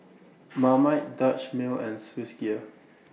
Marmite Dutch Mill and Swissgear